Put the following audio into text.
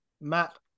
Matt